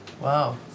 Wow